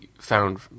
found